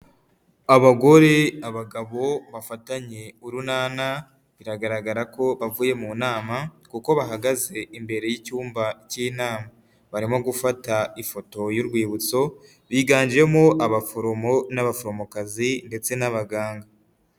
Abagore, abagabo bafatanye urunana, biragaragara ko bavuye mu nama kuko bahagaze imbere y'icyumba cy'inama. Barimo gufata ifoto y'urwibutso, biganjemo abaforomo n'abaforomokazi ndetse n'abaganga.